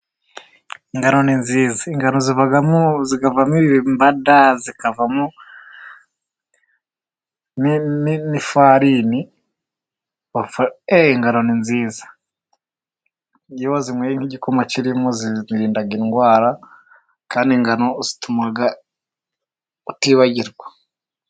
Ingano ni nziza, ingano zivamo imbada, zikavamo n'ifarini. Eee! Ingano ni nziza. iyo wanyweye igikoma kirimo ingano, zirinda indwara kandi ingano zituma utibagirwa.